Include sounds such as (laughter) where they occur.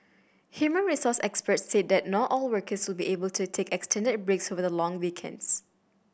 human resource experts said that not all workers (unintelligible) be able to take extended breaks over the long weekends